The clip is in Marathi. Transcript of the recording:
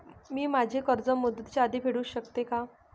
मी माझे कर्ज मुदतीच्या आधी फेडू शकते का?